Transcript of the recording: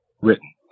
written